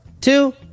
two